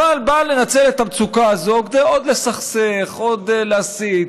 ובא לנצל את המצוקה הזו כדי עוד לסכסך, עוד להסית.